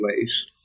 place